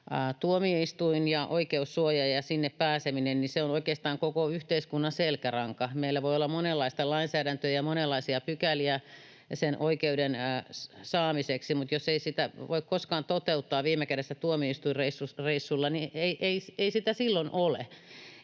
Tuomioistuin ja oikeussuoja ja sinne pääseminen on oikeastaan koko yhteiskunnan selkäranka. Meillä voi olla monenlaista lainsäädäntöä ja monenlaisia pykäliä oikeuden saamiseksi, mutta jos ei sitä voi koskaan toteuttaa, viime kädessä tuomioistuinreissulla, niin ei sitä silloin ole,